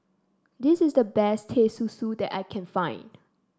this is the best Teh Susu that I can find